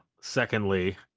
Secondly